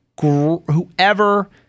Whoever